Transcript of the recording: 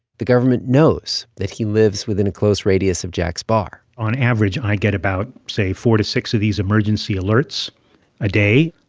the government knows that he lives within a close radius of jack's bar on average, i get about, say, four to six of these emergency alerts a day.